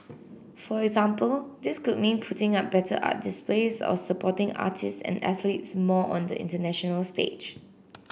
for example this could mean putting up better art displays or supporting artists and athletes more on the international stage